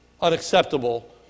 unacceptable